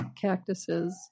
cactuses